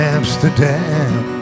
Amsterdam